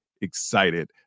excited